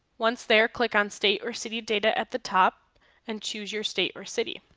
once there click on state or city data at the top and choose your state or city.